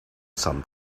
some